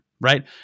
right